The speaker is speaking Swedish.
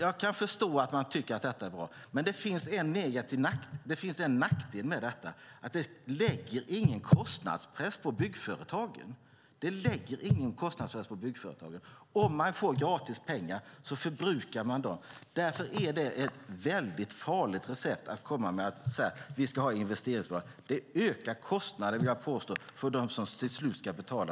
Jag kan förstå att man tycker att detta är bra, men det finns en nackdel med detta, att det inte sätter någon kostnadspress på byggföretagen. Om man får gratispengar förbrukar man dem. Därför är investeringsbidrag ett väldigt farligt recept. Det ökar kostnaderna, vill jag påstå, för dem som till slut ska betala.